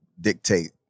dictate